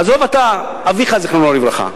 עזוב אתה, אביך, זיכרונו לברכה,